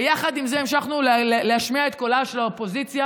ויחד עם זה המשכנו להשמיע את קולה של האופוזיציה,